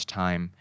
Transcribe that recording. time